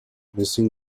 missing